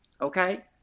okay